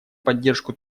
поддержку